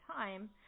time